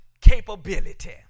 capability